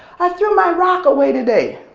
i threw my rock away today.